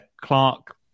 Clark